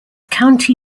county